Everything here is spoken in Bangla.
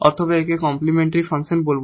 অথবা আমরা একে কমপ্লিমেন্টরি ফাংশন বলব